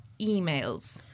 emails